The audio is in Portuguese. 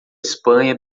espanha